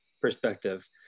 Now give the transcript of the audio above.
perspective